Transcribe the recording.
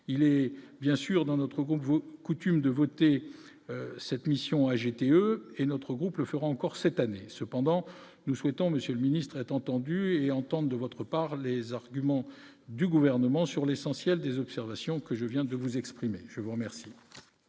il est bien sûr dans notre groupe, coutume de voter cette mission et GTE et notre groupe le fera encore cette année, cependant nous souhaitons Monsieur le ministre est entendu et entendent de votre par les arguments du gouvernement sur l'essentiel des observations que je viens de vous exprimer, je vous remercie.